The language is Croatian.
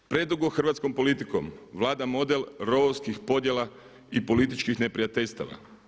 Predugo hrvatskom politikom vlada model rovovskih podjela i političkih neprijateljstava.